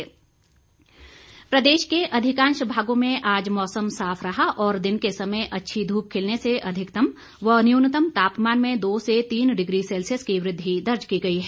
मौसम प्रदेश के अधिकांश भागों में आज मौसम साफ रहा और दिन के समय अच्छी धूप खिलने से अधिकतम व न्यूनतम तापमान में दो से तीन डिग्री सेल्सियस की वृद्धि दर्ज की गई है